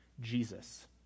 Jesus